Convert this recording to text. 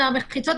המחיצות,